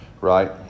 Right